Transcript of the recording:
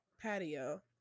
patio